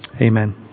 Amen